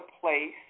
place